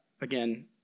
again